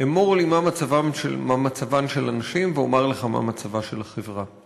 "אמור לי מה מצבן של הנשים ואומר לך מה מצבה של החברה".